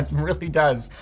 really does.